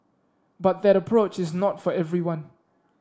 but that approach is not for everyone